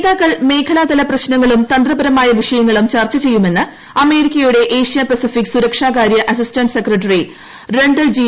നേതാക്കൾ മേഖലാ തല പ്രശ്നങ്ങളും തന്ത്രപരമായ വിഷയങ്ങളും ചർച്ച ചെയ്യുമെന്ന് അമേരിക്കയുടെ ഏഷ്യ പസഫിക് സുരക്ഷാകാരൃ അസിസ്റ്റന്റ് സെക്രട്ടറി റൺഡൽ ജി